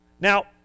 Now